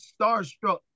starstruck